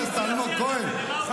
חבר הכנסת אלמוג כהן.